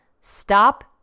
stop